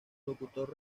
locutor